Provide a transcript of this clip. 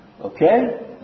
okay